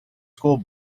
school